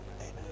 Amen